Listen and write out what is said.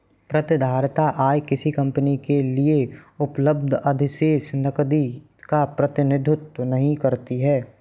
प्रतिधारित आय किसी कंपनी के लिए उपलब्ध अधिशेष नकदी का प्रतिनिधित्व नहीं करती है